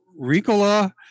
Ricola